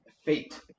fate